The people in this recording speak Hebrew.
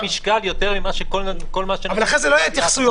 משקל יותר יותר מכל --- אז בתמצות ושאחרי זה לא יהיו התייחסויות